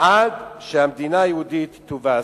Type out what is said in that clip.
עד שהמדינה היהודית תובס.